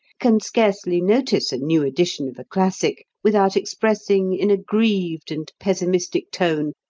can scarcely notice a new edition of a classic without expressing, in a grieved and pessimistic tone,